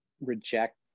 reject